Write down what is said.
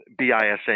BISA